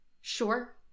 Sure